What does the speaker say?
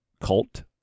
cult